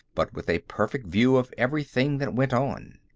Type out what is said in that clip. but with a perfect view of everything that went on.